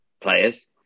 players